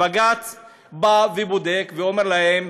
ובג"ץ בא ובודק ואומר להם: